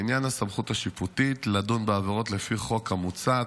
לעניין הסמכות השיפוטית לדון בעבירות לפי החוק המוצע,